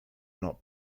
not